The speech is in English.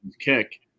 Kick